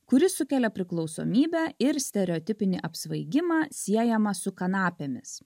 kuris sukelia priklausomybę ir stereotipinį apsvaigimą siejamą su kanapėmis